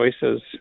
choices